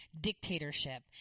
dictatorship